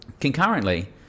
Concurrently